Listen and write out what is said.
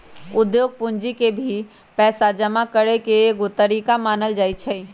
उद्योग पूंजी के भी पैसा जमा करे के एगो तरीका मानल जाई छई